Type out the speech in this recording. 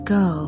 go